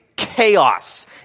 chaos